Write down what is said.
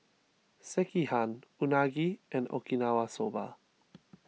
Sekihan Unagi and Okinawa Soba